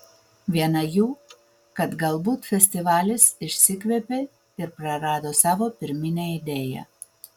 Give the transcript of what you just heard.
viena jų kad galbūt festivalis išsikvėpė ir prarado savo pirminę idėją